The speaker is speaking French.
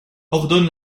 ordonne